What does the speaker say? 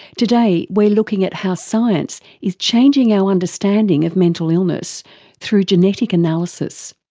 today we're looking at how science is changing our understanding of mental illness through genetic analysis.